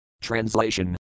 Translation